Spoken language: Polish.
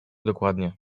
dokładnie